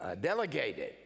delegated